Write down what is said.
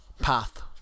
path